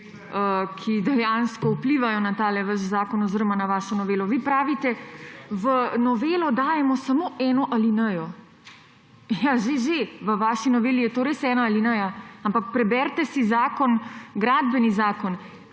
ki dejansko vplivajo na ta vaš zakon oziroma na vašo novelo. Vi pravite, v novelo dajemo samo eno alinejo. Ja, že, že v vaši noveli je to res ena alineja, ampak preberite si Gradbeni zakon,